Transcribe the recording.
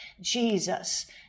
Jesus